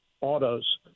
autos